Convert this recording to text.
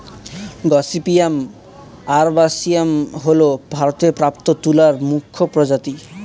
gossypium arboreum হল ভারতে প্রাপ্ত তুলার মুখ্য প্রজাতি